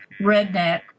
redneck